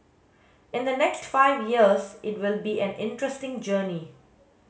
in the next five years it will be an interesting journey